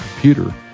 computer